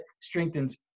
strengthens